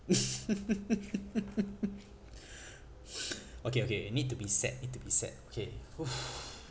okay okay I need to be sad need to be sad okay